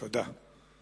תודה.